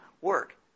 work